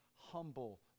humble